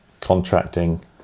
contracting